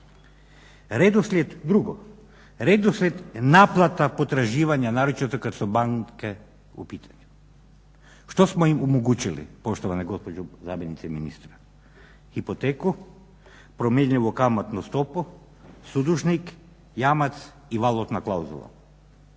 Čakovcu je. Drugo, redoslijed naplata potraživanja naročito kad su banke u pitanju. Što smo im omogućili poštovana gospođo zamjenice ministra? Hipoteku, promjenjivu kamatnu stopu, sudužnik, jamac i valutna klauzula.